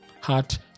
heart